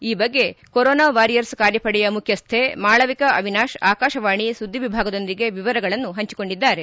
ಈ ಬಗ್ಗೆ corona warriors ಕಾರ್ಯಪಡೆಯ ಮುಖ್ಯಸ್ಥೆ ಮಾಳವಿಕ ಅವಿನಾಶ್ ಆಕಾಶವಾಣಿ ಸುದ್ದಿವಿಭಾಗದೊಂದಿಗೆ ವಿವರಗಳನ್ನು ಪಂಚಿಕೊಂಡಿದ್ದಾರೆ